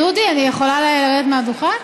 דודי, אני יכולה לרדת מהדוכן?